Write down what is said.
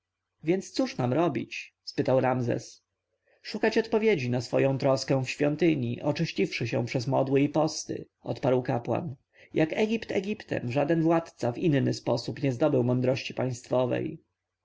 więc cóż mam robić spytał ramzes szukać odpowiedzi na swoją troskę w świątyni oczyściwszy się przez modły i posty odparł kapłan jak egipt egiptem żaden władca w inny sposób nie zdobył mądrości państwowej